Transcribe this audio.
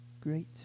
great